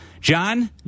John